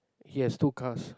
he has two cars